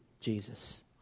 Jesus